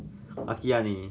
lucky ah 你